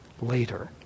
later